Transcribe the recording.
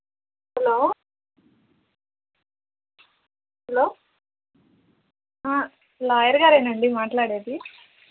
hello hello lawyer గారేనా అండి మాట్లాడేది